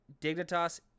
Dignitas